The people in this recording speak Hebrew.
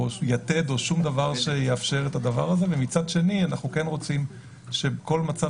יתד או שום דבר שיאפשר את הדבר הזה ומצד שני אנחנו רוצים שבכל מצב